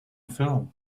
film